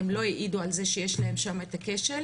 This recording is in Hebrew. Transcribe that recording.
הם לא העידו על זה שיש להם שם את הכשל,